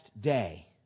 day